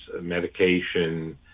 medication